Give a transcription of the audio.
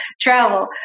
travel